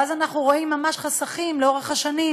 ואז אנחנו רואים ממש חסכים לאורך השנים